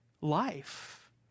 life